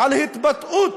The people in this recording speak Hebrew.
על התבטאות,